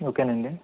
okay నండి